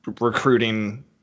recruiting